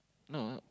no